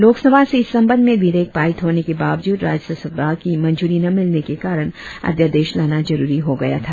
लोकसभा से इस संबंद्ध में विधेयक पारित होने के बावजूद राज्य सभा की मंजूरी न मिलने के कारण अध्यादेश लाना जरुरी हो गया था